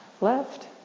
left